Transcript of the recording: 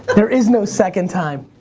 there is no second time.